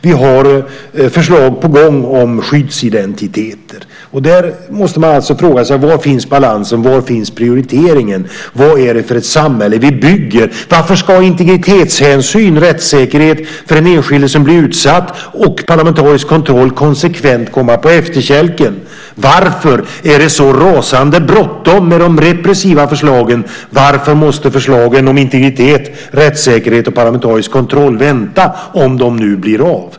Vi har förslag på gång om skyddsidentiteter. Där måste man alltså fråga sig: Var finns balansen? Var finns prioriteringen? Vad är det för ett samhälle vi bygger? Varför ska integritetshänsyn, rättssäkerhet för den enskilde som blir utsatt och parlamentarisk kontroll konsekvent komma på efterkälken? Varför är det så rasande bråttom med de repressiva förslagen? Varför måste förslagen om integritet, rättssäkerhet och parlamentarisk kontroll vänta, om de nu blir av?